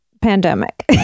pandemic